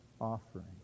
offering